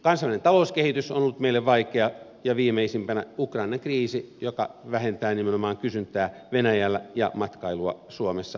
kansainvälinen talouskehitys on ollut meille vaikea ja viimeisimpänä on ukrainan kriisi joka vähentää nimenomaan kysyntää venäjällä ja matkailua suomessa venäjältä